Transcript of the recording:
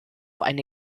eine